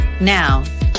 Now